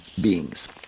beings